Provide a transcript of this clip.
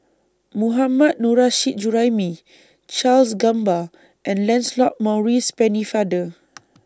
Mohammad Nurrasyid Juraimi Charles Gamba and Lancelot Maurice Pennefather